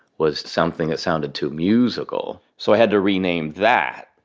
was something that sounded too musical. so, i had to rename that.